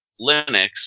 Linux